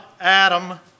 Adam